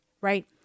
right